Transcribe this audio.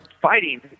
fighting